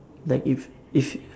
like if if